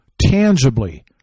tangibly